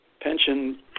Pension